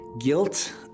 guilt